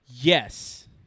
Yes